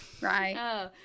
right